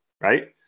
right